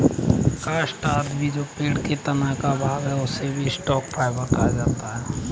काष्ठ आदि भी जो पेड़ के तना का भाग है, उसे भी स्टॉक फाइवर कहा जाता है